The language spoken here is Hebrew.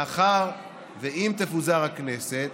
מאחר שאם תפוזר הכנסת